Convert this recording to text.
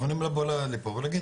יכולים לבוא ולהגיד,